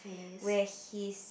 where his